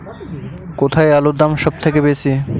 কোথায় আলুর দাম সবথেকে বেশি?